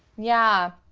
yeah.